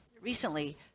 recently